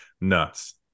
Nuts